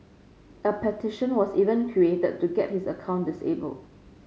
a petition was even created to get his account disabled